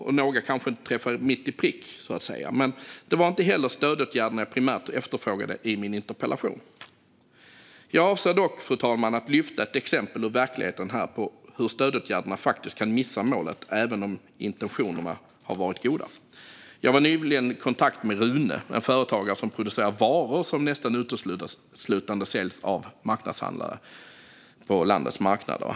Några träffade kanske inte mitt i prick, men det var inte heller stödåtgärderna jag primärt efterfrågade i min interpellation. Jag avser dock, fru talman, att lyfta fram ett exempel ur verkligheten på hur stödåtgärderna faktiskt kan missa målet även om intentionerna har varit goda. Jag var nyligen i kontakt med Rune, en företagare som producerar varor som nästan uteslutande säljs av marknadshandlare på landets marknader.